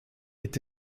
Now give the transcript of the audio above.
est